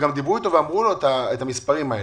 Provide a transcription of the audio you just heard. גם דיברו איתו ואמרו לו את המספרים האלה.